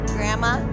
Grandma